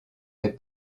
des